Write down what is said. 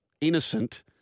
innocent